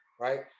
right